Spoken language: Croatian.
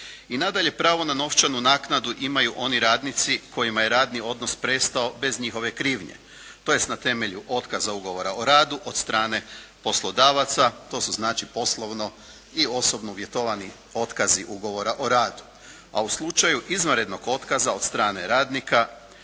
I nadalje pravo na novčanu naknadu imaju oni radnici kojima je radni odnos prestao bez njihove krivnje tj. na temelju otkaza ugovora o radu od strane poslodavaca. To su znači poslovno i osobno uvjetovani otkazi ugovora o radu. A u slučaju izvanrednog otkaza od strane radnika